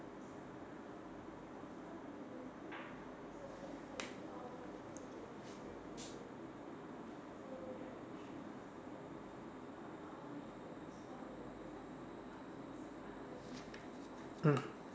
mm